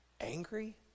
angry